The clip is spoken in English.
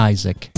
Isaac